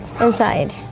inside